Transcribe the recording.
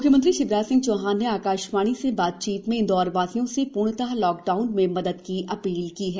म्ख्यमंत्री शिवराज सिंह चौहान ने आकाशवाणी से बातचीत में इंदौरवासियों से पूर्णत लॉकडाउन में मदद की अपील की है